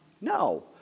No